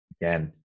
again